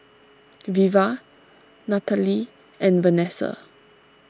Veva Natalee and Vanessa